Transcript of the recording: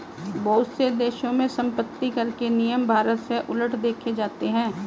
बहुत से देशों में सम्पत्तिकर के नियम भारत से उलट देखे जाते हैं